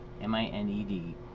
m-i-n-e-d